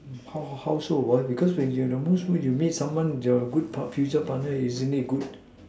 how how so why because when you are in your worst mood you meet someone which is your good future partner isn't it good